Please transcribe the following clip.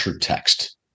text